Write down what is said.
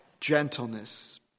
Gentleness